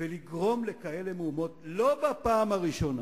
ולגרום לכאלה מהומות, לא בפעם הראשונה,